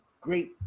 great